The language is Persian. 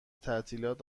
تعطیلات